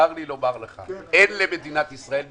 צר לי לומר לך, אין למדינת ישראל משטרה,